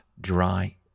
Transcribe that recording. dry